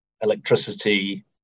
electricity